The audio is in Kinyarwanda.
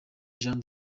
jean